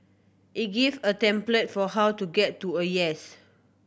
it give a template for how to get to a yes